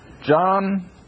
John